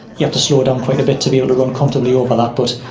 you have to slow down quite a bit to be able to run comfortably over that. but